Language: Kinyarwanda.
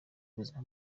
buzima